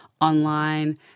online